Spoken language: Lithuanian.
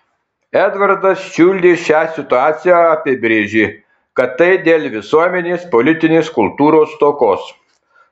edvardas čiuldė šią situaciją apibrėžė kad tai dėl visuomenės politinės kultūros stokos